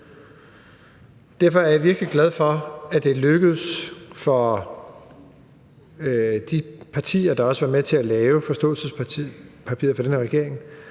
Derfor er jeg virkelig glad for, er det er lykkedes for de partier, der også var med til at lave forståelsespapiret for den her regering,